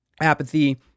apathy